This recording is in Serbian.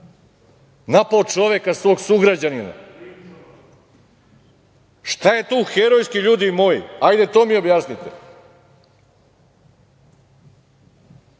Napao čoveka, svog sugrađanina. Šta je tu herojski, ljudi moji? Hajde, to mi objasnite.